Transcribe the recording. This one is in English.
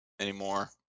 anymore